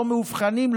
לא מאובחנים,